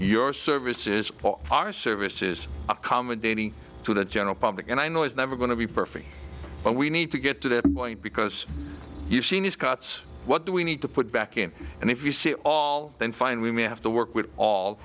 your service is our service is accommodating to the general public and i know it's never going to be perfect but we need to get to that point because you've seen these cuts what do we need to put back in and if you see all then fine we may have to work with all